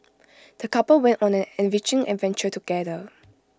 the couple went on an enriching adventure together